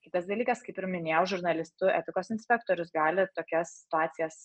kitas dalykas kaip ir minėjau žurnalistų etikos inspektorius gali tokias situacijas